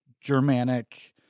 Germanic